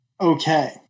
Okay